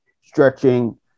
stretching